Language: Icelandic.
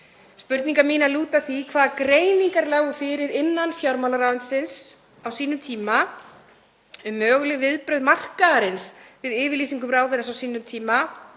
Spurningar mínar lúta að því hvaða greiningar lágu fyrir innan fjármálaráðuneytisins á sínum tíma um möguleg viðbrögð markaðarins við yfirlýsingum ráðherrans á sínum tíma